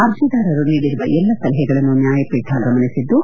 ಅರ್ಜಿದಾರರು ನೀಡಿರುವ ಎಲ್ಲಾ ಸಲಹೆಗಳನ್ನು ನ್ಲಾಯಪೀಠ ಗಮನಿಸಿದ್ದು